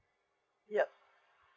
yup